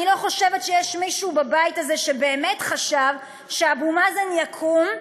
אני לא חושבת שיש מישהו בבית הזה שבאמת חשב שאבו מאזן יקום,